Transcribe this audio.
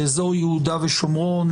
באזור יהודה ושומרון,